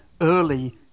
early